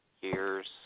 years